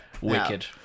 Wicked